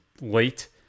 late